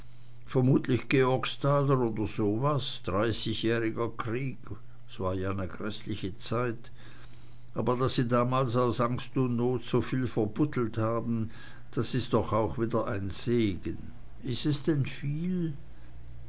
vermutlich georgstaler oder so was dreißigjähriger krieg es war ja ne gräßliche zeit aber daß sie damals aus angst und not soviel verbuddelt haben das is doch auch wieder ein segen is es denn viel